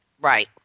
Right